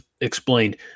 explained